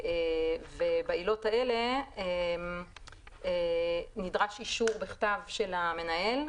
ובעילות האלה נדרש אישור בכתב של המנהל,